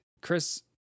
Chris